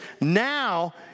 now